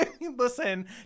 Listen